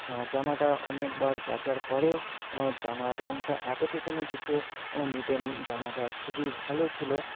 হ্যাঁ জামাটা অনেকবার কাচার পরেও জামার রঙটা এতটুকুও কিছু মেটে নি জামাটা খুবই ভালো ছিল